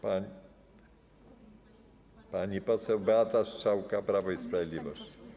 Pani poseł Beata Strzałka, Prawo i Sprawiedliwość.